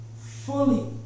fully